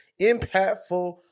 impactful